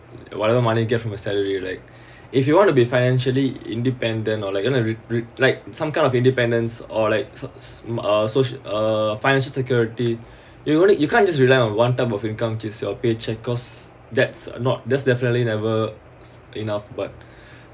whatever money you get from your salary like if you want to be financially independent or like you know like like some kind of independence or like so~ so~ uh social financial security if you want it you can't just rely on one type of income just your paycheck cause that's not that's definitely never enough but